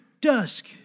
dusk